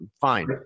fine